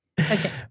Okay